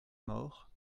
mort